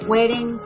Waiting